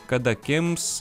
kad akims